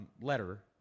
letter